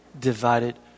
divided